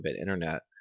internet